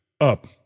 up